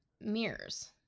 mirrors